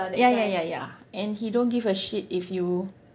ya ya ya ya and he don't give a shit if you